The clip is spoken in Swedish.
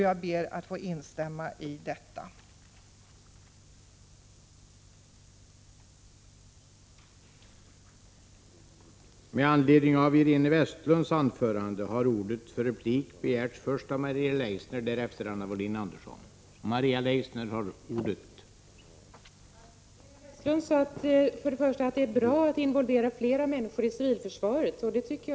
Jag ber att få instämma i dessa yrkanden.